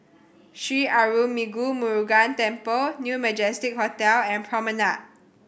Sri Arulmigu Murugan Temple New Majestic Hotel and Promenade